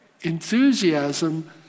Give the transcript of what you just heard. enthusiasm